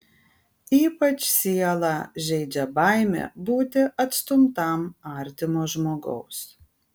ypač sielą žeidžia baimė būti atstumtam artimo žmogaus